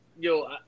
Yo